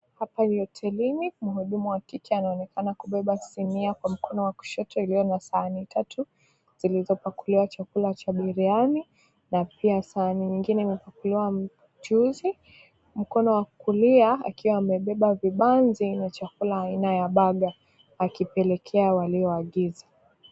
Hapa ni hotelini. Mhudumu wa kike anaonekana kubeba sinia kwa mkono wa kushoto iliyo na sahani tatu zilizopakuliwa chakula cha biriyani na pia sahani nyingine imepakuliwa mchuzi. Mkono wa kulia akiwa amebeba vibanzi na chakula aina ya burger akipelekea walioagiza.